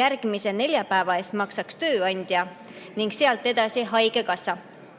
järgmise nelja päeva eest maksaks tööandja ning sealt edasi haigekassa. Täna